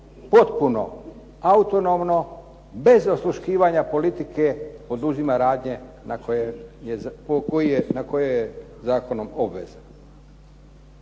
potpuno autonomno, bez osluškivanja politike poduzima radnje na koje je zakonom obvezan?